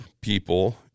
people